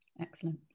Excellent